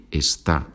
está